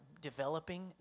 developing